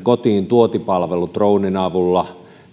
kotiintuontipalvelu dronen avulla